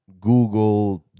Google